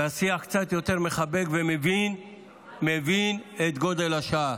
והשיח קצת יותר מחבק ומבין את גודל השעה.